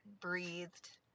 breathed